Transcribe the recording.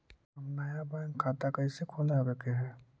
हम नया बैंक खाता कैसे खोलबाबे के है?